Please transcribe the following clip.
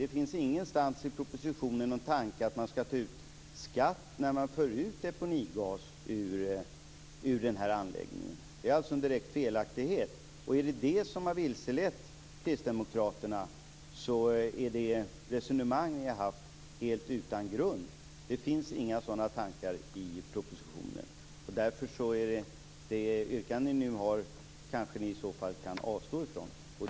Det finns ingenstans i propositionen någon tanke på att ta ut skatt när deponigas förs ut från en anläggning. Det är en direkt felaktighet. Om det har vilselett kristdemokraterna är ert resonemang helt utan grund. Det finns inga sådana tankar i propositionen. Därför kanske ni kan avstå från det yrkande som nu framförts.